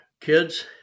kids